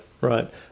Right